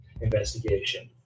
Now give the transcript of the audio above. investigation